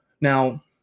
Now